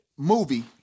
movie